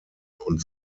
und